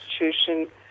institution